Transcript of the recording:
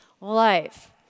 life